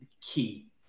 key